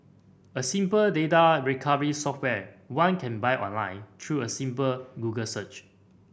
a simple data recovery software one can buy online through a simple Google search